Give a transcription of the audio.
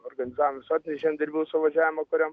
organizavom visuotinį žemdirbių suvažiavimą kuriam